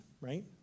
right